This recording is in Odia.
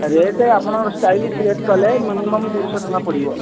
ରେଟ୍ ଆପଣ ଷ୍ଟାଇଲିସ୍ ରେଟ୍ କଲେ ମିନିମମ୍ ଦୁଇଶହ ଟଙ୍କା ପଡ଼ିବ